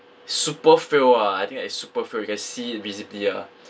super frail ah I think like super frail you can see it visibly ah